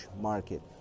market